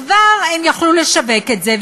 כבר הם יכלו לשווק את זה,